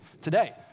today